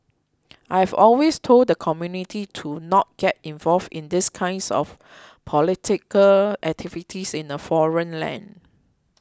I've always told the community to not get involved in these kinds of political activities in a foreign land